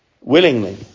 willingly